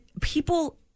people